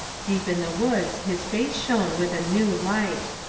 deep in the woods his face shone with a new light.